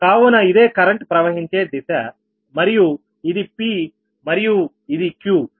కావున ఇదే కరెంట్ ప్రవహించే దిశ మరియు ఇది p మరియు ఇది q